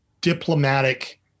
diplomatic